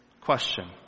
question